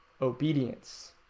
obedience